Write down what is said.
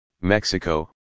Mexico